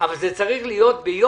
אבל זה צריך להיות ביום